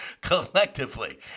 collectively